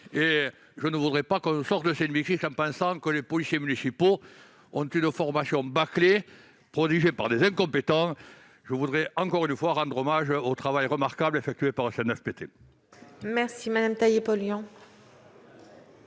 Je ne voudrais pas qu'on sorte de cet hémicycle en pensant que les policiers municipaux reçoivent une formation bâclée prodiguée par des incompétents. Encore une fois, je veux saluer le travail remarquable effectué par le CNPFT.